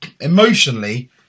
emotionally